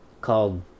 called